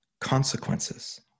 consequences